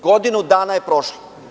Godinu dana je prošlo.